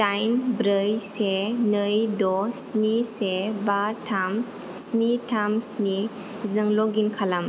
दाइन ब्रै से नै द स्नि से बा थाम स्नि थाम स्नि जों लगइन खालाम